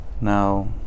Now